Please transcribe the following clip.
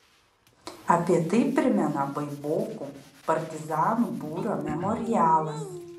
apie tai primena baibokų partizanų būrio memorialas